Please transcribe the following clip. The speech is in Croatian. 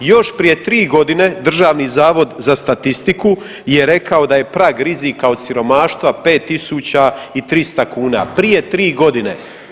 Još prije 3 godine Državni zavod za statistiku je rekao da je prag rizika od siromaštva 5.300 kuna, prije 3 godine.